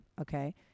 okay